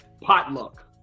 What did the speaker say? Potluck